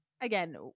again